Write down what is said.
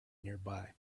nearby